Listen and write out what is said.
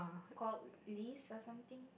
called Liz or something